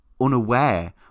unaware